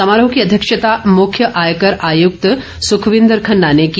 समारोह की अध्यक्षता मुख्य आयकर आयुक्त सुखविन्द खन्ना ने की